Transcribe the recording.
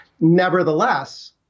Nevertheless